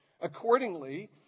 Accordingly